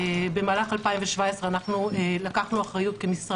במהלך 2017 אנחנו כמשרד